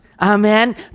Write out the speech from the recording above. Amen